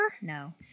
No